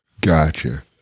gotcha